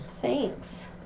thanks